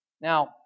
Now